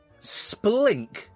Splink